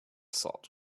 salt